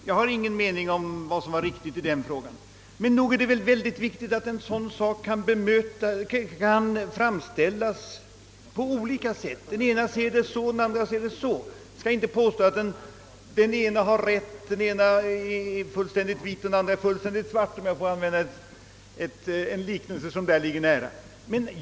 Jag har ingen mening om vad som var riktigt i denna fråga, men nog är det väl betydelsefullt att en sådan sak kan framställas på olika sätt? Den ene ser den så, den andre så. Vi skall inte påstå att den ene är fullständigt vit och den andre fullständigt svart, om jag får använda en liknelse som här ligger nära till hands.